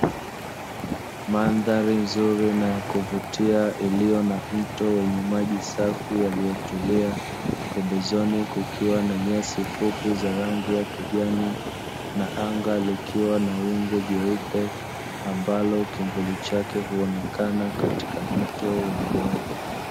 Mandhari nzuri na ya kuvutia, iliyo na mto wenye maji safi yaliyotulia, pembezoni kukiwa na nyasi fupi za rangi ya kijani, anga likiwa la wingu jeupe ambalo kivuli chake huonekana katika mto wenye maji.